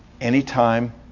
anytime